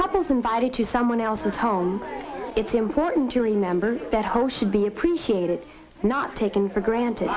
couples somebody to someone else's home it's important to remember that whole should be appreciated not taken for granted